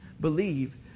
believe